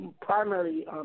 primarily